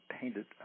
painted